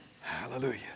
Hallelujah